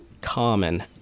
common